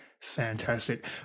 Fantastic